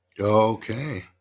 okay